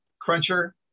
cruncher